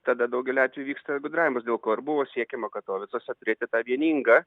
tada daugeliu atvejų vyksta gudravimas dėl ko ir buvo siekiama katovicuose turėti tą vieningą